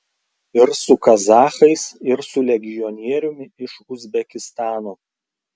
ir su kazachais ir su legionieriumi iš uzbekistano